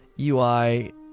UI